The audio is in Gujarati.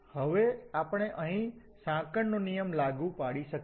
હવે આપણે અહીં સાંકળનો નિયમ લાગુ પાડી શકીએ